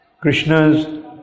Krishna's